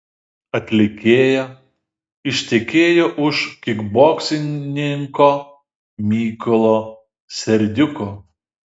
atlikėja ištekėjo už kikboksininko mykolo serdiuko